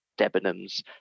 Debenhams